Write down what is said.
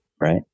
right